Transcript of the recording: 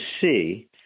see